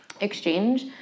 exchange